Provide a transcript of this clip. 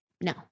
no